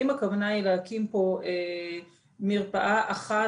אם הכוונה היא להקים פה מרפאה אחת